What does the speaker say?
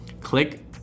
click